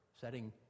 setting